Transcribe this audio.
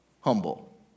humble